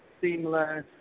seamless